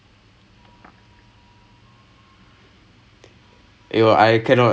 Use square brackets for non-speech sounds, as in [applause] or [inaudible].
expert னு சொல்ல மாட்டேன் படிக்கிறேன் என சொல்வேன்:nu solla maatten padikkiren ena solven [laughs] I don't know if I'm good at it